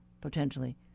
potentially –